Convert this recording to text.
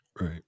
Right